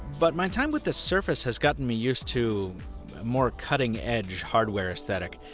but my time with the surface has gotten me used to a more cutting edge hardware aesthetic.